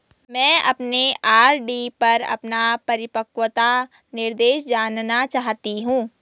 मैं अपने आर.डी पर अपना परिपक्वता निर्देश जानना चाहती हूँ